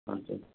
हजुर